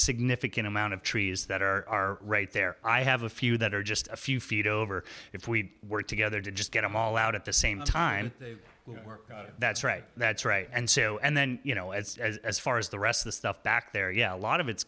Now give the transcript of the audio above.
significant amount of trees that are right there i have a few that are just a few feet over if we work together to just get them all out at the same time work that's right that's right and so and then you know as far as the rest of the stuff back there yeah a lot of it's